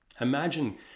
Imagine